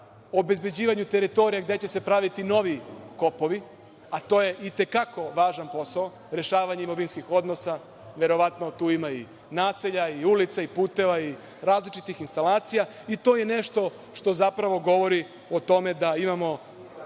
obezbeđivanju teritorija gde će se praviti novi kopovi, a to je i te kako važan posao, rešavanje imovinskih odnosa, verovatno tu ima i naselja i ulica i puteva i različitih instalacija i to je nešto što zapravo govori o tome da imamo